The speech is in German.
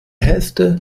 hälfte